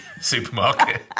supermarket